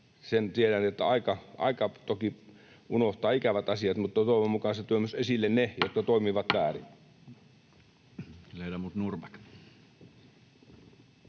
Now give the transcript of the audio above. Sen tiedän, että aika toki unohtaa ikävät asiat, mutta toivon mukaan se tuo myös esille ne, [Puhemies